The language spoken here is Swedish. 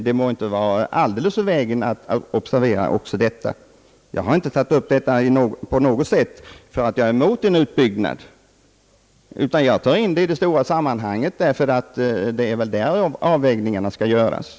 Det borde inte vara alldeles ur vägen att observera också detta. Jag har inte berört dessa aspekter därför att jag är emot en utbyggnad, utan jag har velat sätta in den här frågan i sitt rätta sammanhang för att möjliggöra mindre inskränkningar på andra områden.